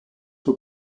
were